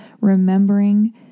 remembering